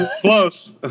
Close